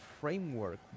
framework